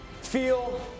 feel